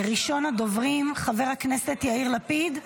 ראשון הדוברים, חבר הכנסת יאיר לפיד.